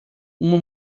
uma